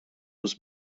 was